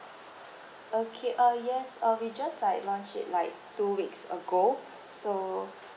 okay uh yes uh we just like launch it like two weeks ago so